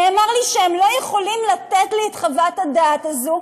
נאמר לי שהם לא יכולים לתת לי את חוות הדעת הזאת,